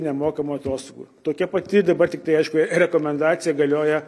nemokamų atostogų tokia pati dabar tiktai aišku rekomendacija galioja